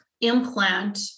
implant